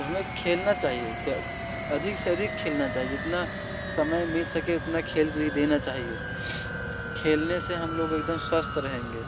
तो हमें खेलना चाहिए अधिक से अधिक खेलना चाहिए जितना समय मिल सके उतना खेल भी देना चाहिए खेलने से हम लोग एकदम स्वस्थ रहेंगे